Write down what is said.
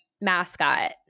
mascot